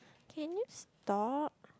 can you stop